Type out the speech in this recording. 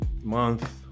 month